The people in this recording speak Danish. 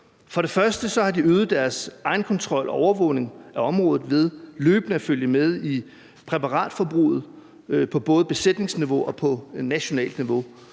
For det første har de øget deres egenkontrol og overvågning af området ved løbende at følge med i præparatforbruget på både besætningsniveau og på nationalt niveau.